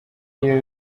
ariyo